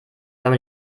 wenn